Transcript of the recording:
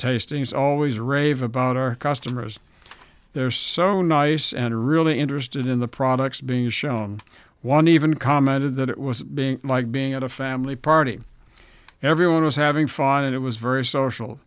tastings always rave about our customers they're so nice and are really interested in the products being shown one even commented that it was being like being at a family party everyone was having fun and it was very social